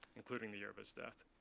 including the year of his death.